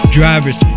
drivers